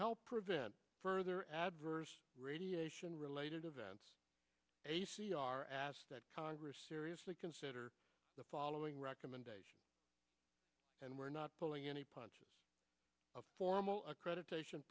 help prevent further adverse radiation related events a c r asked that congress seriously consider the following recommendation and we're not pulling any punches of formal accreditation